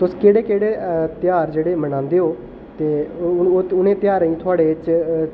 तुस केह्ड़े केह्ड़े ध्यार अ जेह्ड़े मनांदे ओ ते उ'नें ध्यारें गी थुआढ़े च